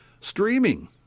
Streaming